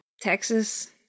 Texas